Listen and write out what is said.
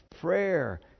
prayer